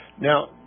Now